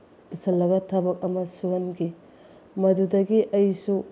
ꯄꯨꯁꯤꯜꯂꯒ ꯊꯕꯛ ꯑꯃ ꯁꯨꯍꯟꯈꯤ ꯃꯗꯨꯗꯒꯤ ꯑꯩꯁꯨ